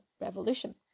revolution